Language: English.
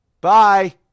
Bye